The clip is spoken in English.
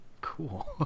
Cool